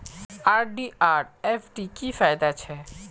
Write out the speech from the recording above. RD or FD की फ़ायदा छे?